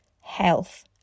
health